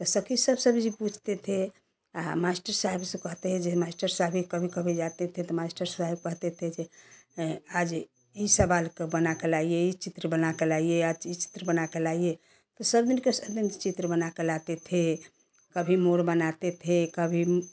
तो सखी सबसे पूछते थे मास्टर साहब से कहते जैसे मास्टर साहब कभी कभी जाते थे तो मास्टर साहब कहते थे कि आज ये सवाल क्यों बनाकर लाइए ये चित्र बनाकर लाइए आज चित्र बनाकर लाइए तो सब दिन चित्र बना के लाते थे कभी मोर बनाते थे कभी